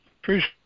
Appreciate